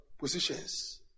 positions